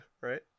right